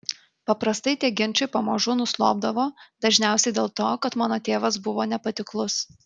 paprastai tie ginčai pamažu nuslopdavo dažniausiai dėl to kad mano tėvas buvo nepatiklus